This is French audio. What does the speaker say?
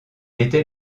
était